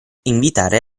invitare